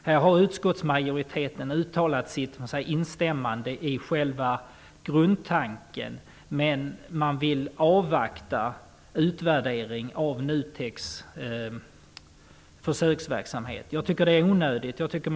Här har utskottsmajoriteten uttalat sitt instämmande i själva grundtanken, men man vill avvakta utvärderingen av NUTEK:s försöksverksamhet. Jag tycker att det är onödigt.